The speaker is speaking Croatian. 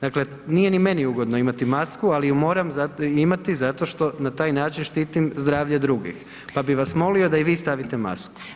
Dakle, nije ni meni ugodno imati masku, ali ju moram imati zato što na taj način štitim zdravlje drugih, pa bi vas molio da i vi stavite masku.